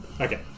Okay